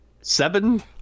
Seven